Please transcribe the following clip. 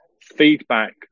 feedback